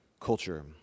culture